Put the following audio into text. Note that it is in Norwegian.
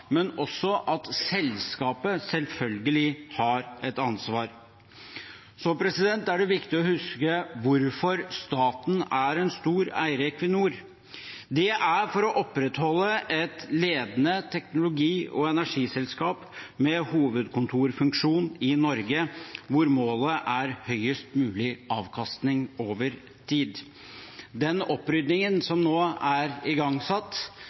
men også at selskapet selvfølgelig har et ansvar. Det er viktig å huske hvorfor staten er en stor eier i Equinor. Det er for å opprettholde et ledende teknologi- og energiselskap med hovedkontorfunksjon i Norge, hvor målet er høyest mulig avkastning over tid. Den opprydningen som nå er igangsatt,